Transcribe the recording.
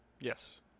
Yes